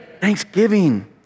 Thanksgiving